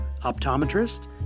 optometrist